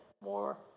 More